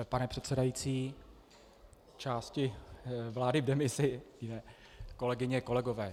Pane předsedající, části vlády v demisi, kolegyně, kolegové.